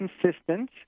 consistent